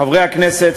חברי הכנסת,